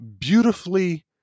beautifully